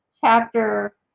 Chapter